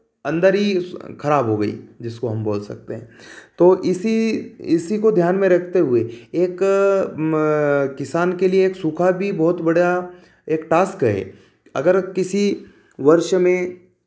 अंदर ही उस खराब हो गई जिसको हम बोल सकते हैं तो इसी इसी को ध्यान ने रखते हुए एक म किसान के लिए एक सूखा भी बहुत बड़ा एक टास्क है अगर किसी वर्ष में